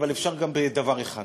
אבל אפשר גם בדבר אחד.